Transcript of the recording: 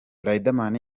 riderman